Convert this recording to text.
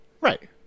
Right